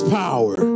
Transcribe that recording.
power